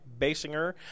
Basinger